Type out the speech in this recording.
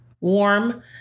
warm